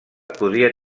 podria